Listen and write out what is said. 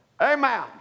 Amen